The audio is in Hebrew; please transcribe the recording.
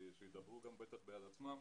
ובהמשך בטח ידברו בעד עצמם,